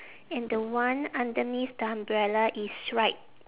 and the one underneath the umbrella is stripe